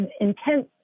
intense